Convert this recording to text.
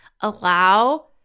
Allow